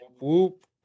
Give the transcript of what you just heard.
Whoop